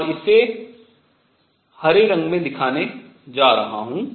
और इसे हरे रंग में दिखाने जा रहा हूँ